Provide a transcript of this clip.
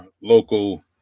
local